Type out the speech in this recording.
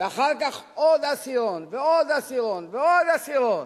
ואחר כך עוד עשירון ועוד עשירון ועוד עשירון.